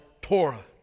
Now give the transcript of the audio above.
Torah